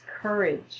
courage